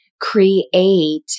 create